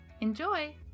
Enjoy